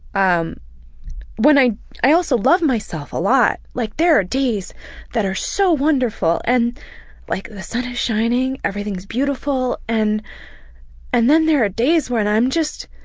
um i i also love myself a lot, like there are days that are so wonderful and like the sun is shining, everything is beautiful, and and then there are days when i'm just.